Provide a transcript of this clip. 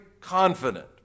confident